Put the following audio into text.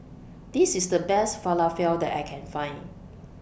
This IS The Best Falafel that I Can Find